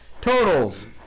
Totals